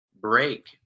break